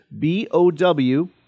B-O-W